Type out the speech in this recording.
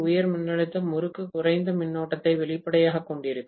உயர் மின்னழுத்த முறுக்கு குறைந்த மின்னோட்டத்தை வெளிப்படையாகக் கொண்டிருக்கும்